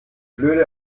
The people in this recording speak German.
blöde